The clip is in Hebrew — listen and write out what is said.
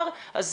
הקושי סביב